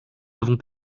avons